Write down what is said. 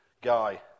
guy